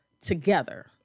together